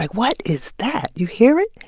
like what is that? you hear it